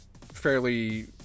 fairly